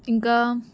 ఇంకా